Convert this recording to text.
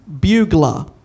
bugler